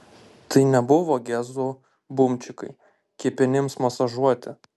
tai nebuvo gezų bumčikai kepenims masažuoti